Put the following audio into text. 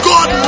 God